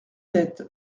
sept